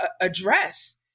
Address